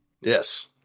Yes